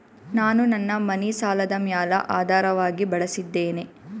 ನಾನು ನನ್ನ ಮನಿ ಸಾಲದ ಮ್ಯಾಲ ಆಧಾರವಾಗಿ ಬಳಸಿದ್ದೇನೆ